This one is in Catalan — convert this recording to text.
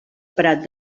prat